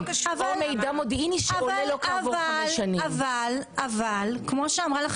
מידע מודיעיני שעולה --- אבל כמו שאמרה לך